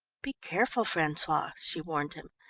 be careful, francois, she warned him.